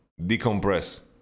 Decompress